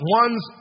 one's